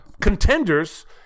contenders